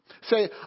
Say